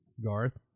Garth